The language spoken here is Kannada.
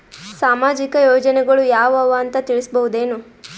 ಸಾಮಾಜಿಕ ಯೋಜನೆಗಳು ಯಾವ ಅವ ಅಂತ ತಿಳಸಬಹುದೇನು?